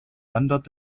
wandert